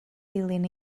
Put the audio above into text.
dilyn